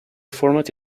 format